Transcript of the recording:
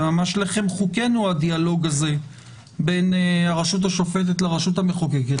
זה ממש לחם חוקנו הדיאלוג הזה בין הרשות השופטת לרשות המחוקקת,